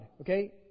Okay